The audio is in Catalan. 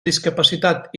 discapacitat